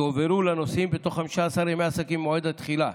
יועברו לנוסעים בתוך 15 ימי עסקים ממועד התחילה.